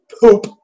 poop